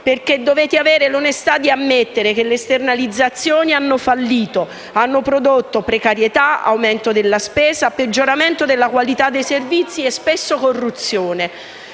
perché dovete avere l'onestà di ammettere che le esternalizzazioni hanno fallito: hanno prodotto precarietà, aumento della spesa, peggioramento della qualità dei servizi e spesso corruzione.